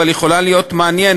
אבל היא יכולה להיות מעניינת: